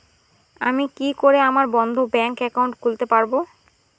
আমি কি করে আমার বন্ধ ব্যাংক একাউন্ট খুলতে পারবো?